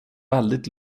väldigt